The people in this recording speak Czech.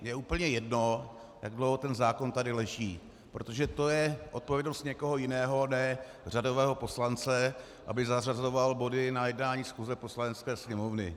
Je úplně jedno, jak dlouho ten zákon tady leží, protože to je odpovědnost někoho jiného, ne řadového poslance, aby zařazoval body na jednání schůze Poslanecké sněmovny.